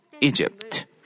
Egypt